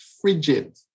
frigid